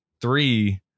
three